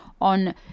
on